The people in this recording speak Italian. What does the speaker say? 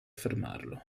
fermarlo